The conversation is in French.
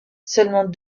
seulement